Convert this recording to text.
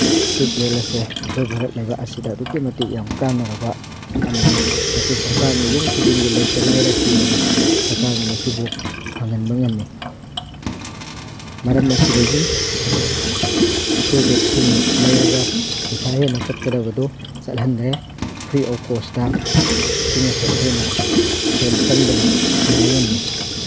tube well ꯑꯁꯦ ꯑꯩꯈꯣꯏ ꯚꯥꯔꯠ ꯂꯩꯕꯥꯛ ꯑꯁꯤꯗ ꯑꯗꯨꯛꯀꯤ ꯃꯇꯤꯛ ꯌꯥꯝ ꯀꯥꯅꯔꯕ ꯑꯃꯅꯤ ꯃꯁꯤ ꯁꯔꯀꯥꯔꯅ ꯌꯨꯝ ꯈꯨꯗꯤꯡꯒꯤ ꯂꯩꯇ ꯂꯥꯏꯔ ꯊꯤꯗꯅ ꯁꯔꯀꯥꯔꯅ ꯃꯁꯤꯕꯨ ꯐꯪꯍꯟꯕ ꯉꯝꯃꯤ ꯃꯔꯝ ꯑꯁꯤꯗꯒꯤ ꯑꯩꯈꯣꯏꯗ ꯏꯁꯤꯡ ꯂꯩꯔꯒ ꯄꯩꯁꯥ ꯍꯦꯟꯅ ꯆꯠꯀꯗꯕꯗꯨ ꯆꯠꯍꯟꯗ꯭ꯔꯦ ꯐ꯭ꯔꯤ ꯑꯣꯐ ꯀꯣꯁꯇ ꯏꯁꯤꯡ ꯑꯁꯦ ꯑꯩꯈꯣꯏꯅ ꯁꯦꯜ ꯆꯪꯗꯅ ꯐꯪꯕ ꯉꯝꯃꯤ